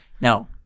no